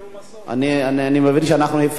אני מבין שאנחנו הפרנו מסורת,